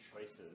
choices